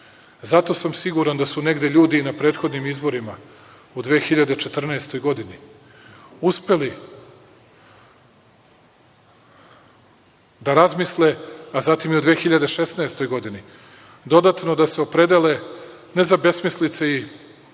Zato sam siguran da su negde ljudi i na prethodnim izborima u 2014. godini uspeli da razmisle, a zatim i u 2016. godini, dodatno da se opredele ne za besmislice i sumanuta